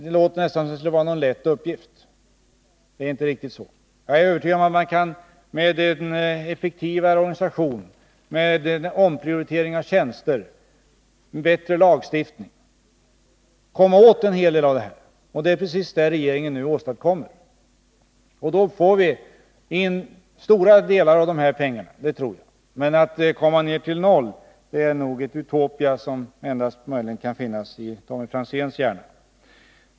Det låter nästan som om det skulle vara en lätt uppgift, men det är inte riktigt så. Jag är övertygad om att man med en effektivare organisation, med omprioritering av tjänster och bättre lagstiftning skulle kunna komma åt en hel del av detta. Det är precis vad regeringen nu åstadkommer. Då får vi in stora delar av dessa pengar — det tror jag. Men att komma ner till noll, det går nog endast i ett Utopia, som möjligen kan finnas i Tommy Franzéns hjärna.